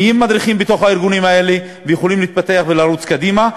נהיים מדריכים בארגונים האלה ויכולים להתפתח ולרוץ קדימה.